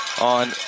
on